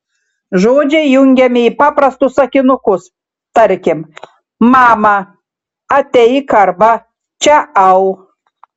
žodžiai jungiami į paprastus sakinukus tarkim mama ateik arba čia au